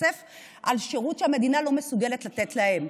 כסף על שירות שהמדינה לא מסוגלת לתת להן,